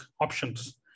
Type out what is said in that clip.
options